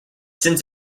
since